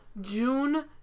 June